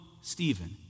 Stephen